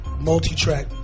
Multi-track